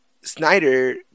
Snyder